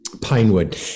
Pinewood